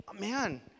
man